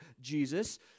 Jesus